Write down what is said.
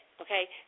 okay